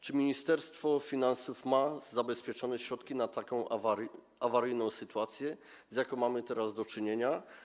Czy Ministerstwo Finansów ma zabezpieczone środki na taką awaryjną sytuację, z jaką mamy teraz do czynienia?